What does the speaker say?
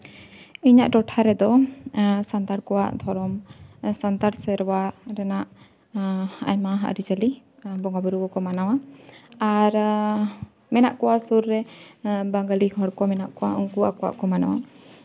ᱤᱧᱟᱹᱜ ᱴᱚᱴᱷᱟ ᱨᱮᱫᱚ ᱥᱟᱱᱛᱟᱲ ᱠᱚᱣᱟᱜ ᱫᱷᱚᱨᱚᱢ ᱥᱟᱱᱛᱟᱲ ᱥᱮᱨᱣᱟ ᱨᱮᱱᱟᱜ ᱟᱭᱢᱟ ᱟᱹᱨᱤᱪᱟᱹᱞᱤ ᱵᱚᱸᱜᱟᱼᱵᱩᱨᱩ ᱠᱚᱠᱚ ᱢᱟᱱᱟᱣᱟ ᱟᱨ ᱢᱮᱱᱟᱜ ᱠᱚᱣᱟ ᱥᱩᱨ ᱨᱮ ᱵᱟᱝᱜᱟᱞᱤ ᱦᱚᱲ ᱠᱚ ᱢᱮᱱᱟᱜ ᱠᱚᱣᱟ ᱩᱱᱠᱩ ᱟᱠᱚᱣᱟᱜ ᱠᱚ ᱢᱟᱱᱟᱣᱟ